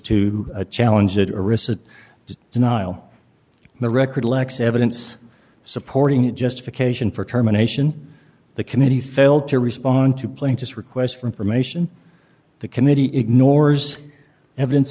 to challenge a derisive denial the record lex evidence supporting the justification for terminations the committee failed to respond to plain just requests for information the committee ignores evidence